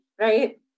right